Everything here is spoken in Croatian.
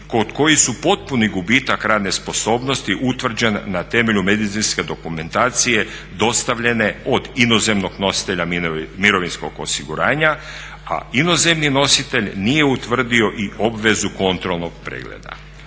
kod kojih su potpuni gubitak radne sposobnosti utvrđen na temelju medicinske dokumentacije dostavljene od inozemnog nositelja mirovinskog osiguranja, a inozemni nositelj nije utvrdio i obvezu kontrolnog pregleda.